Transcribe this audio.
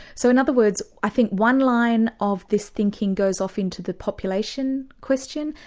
so in other words i think one line of this thinking goes off into the population question,